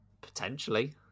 Potentially